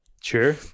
Sure